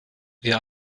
wir